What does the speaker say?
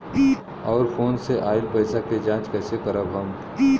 और फोन से आईल पैसा के जांच कैसे करब हम?